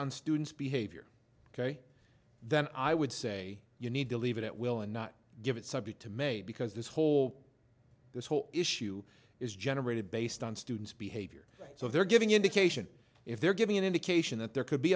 on student's behavior ok then i would say you need to leave it at will and not give it subject to may because this whole this whole issue is generated based on student's behavior so they're giving indication if they're giving an indication that there could be